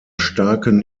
starken